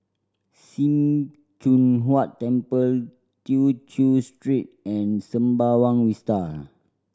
Sim Choon Huat Temple Tew Chew Street and Sembawang Vista